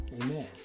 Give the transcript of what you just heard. amen